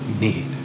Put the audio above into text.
need